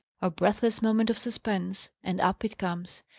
a breathless moment of suspense, and up it comes.